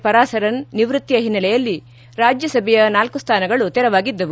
ಪರಾಸರನ್ ನಿವೃತ್ತಿಯ ಹಿನ್ನೆಲೆಯಲ್ಲಿ ರಾಜ್ಯಸಭೆಯ ನಾಲ್ಕು ಸ್ವಾನಗಳು ತೆರವಾಗಿದ್ದವು